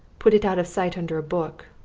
put it out of sight under a book,